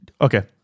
okay